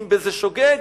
אם בשוגג,